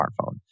smartphone